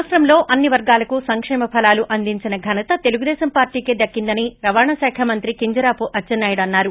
రాష్టంలో అన్ని వర్గాలకు సంక్షేమ ఫలాలు అందించిన ఘనత తెలుగుదేశం పార్టీకే దక్కిందని రవాణాశాఖ మంత్రి కింజరాపు అచ్చెన్నాయుడు అన్నారు